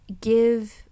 give